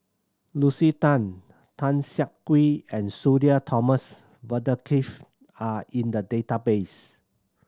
Lucy Tan Tan Siah Kwee and Sudhir Thomas Vadaketh are in the database